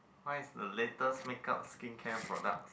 mine is the latest make up skin care products